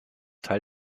teil